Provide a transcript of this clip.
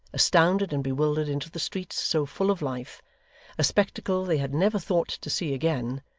astounded and bewildered, into the streets so full of life a spectacle they had never thought to see again,